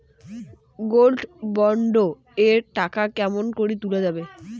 Gold bond এর টাকা কেমন করি তুলা যাবে?